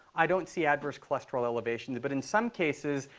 i don't see adverse cholesterol elevations. but in some cases,